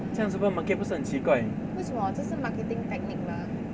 这样 supermarket 不是很奇怪